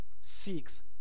seeks